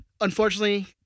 Unfortunately